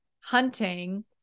hunting